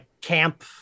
camp